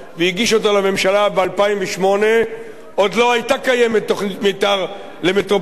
ב-2008 עוד לא היתה קיימת תוכנית מיתאר למטרופולין באר-שבע,